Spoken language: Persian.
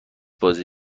بازی